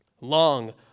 long